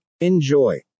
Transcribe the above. Enjoy